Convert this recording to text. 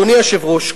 אדוני היושב-ראש,